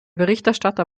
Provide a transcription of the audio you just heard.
berichterstatter